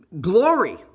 glory